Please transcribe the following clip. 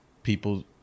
people